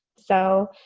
so,